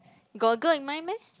got girl in mind meh